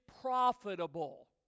profitable